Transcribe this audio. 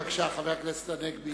בבקשה, חבר הכנסת הנגבי.